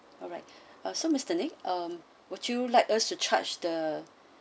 alright uh so mister nick um would you like us to charge the